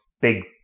big